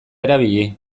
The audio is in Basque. erabili